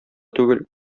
түгел